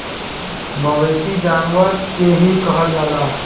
मवेसी जानवर के ही कहल जाला